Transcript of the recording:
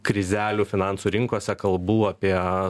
krizelių finansų rinkose kalbu apie